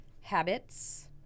habits